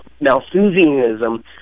Malthusianism